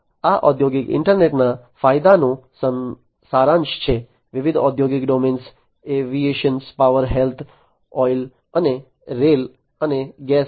આ ઔદ્યોગિક ઇન્ટરનેટના ફાયદાઓનો સારાંશ છે વિવિધ ઔદ્યોગિક domains aviation power health oil અને રેલ અને ગેસમાં